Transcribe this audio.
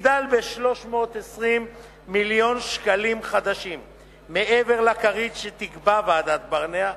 תגדל ב-320 מיליון ש"ח מעבר לכרית שתקבע ועדת-ברנע,